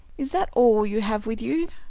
is that all you have with you?